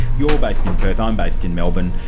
you're based in perth, i'm based in melbourne,